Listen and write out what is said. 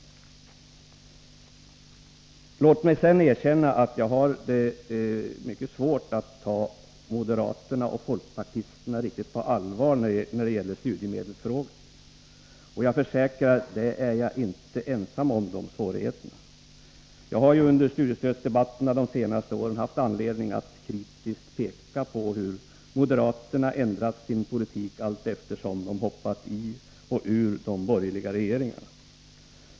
Låt mig sedan erkänna att jag har mycket svårt att ta moderaterna och folkpartisterna riktigt på allvar när det gäller studiemedelsfrågor. Jag försäkrar att jag inte är ensam om de svårigheterna. Jag har i studiestödsdebatterna under de senaste åren haft anledning att kritiskt peka på hur moderaterna ändrat sin politik allteftersom de hoppat i och ur de borgerliga regeringarna.